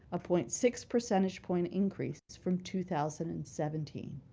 ah point six percentage point increase from two thousand and seventeen.